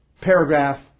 paragraph